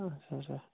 اچھا اچھا